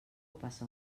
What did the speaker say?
passa